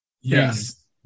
Yes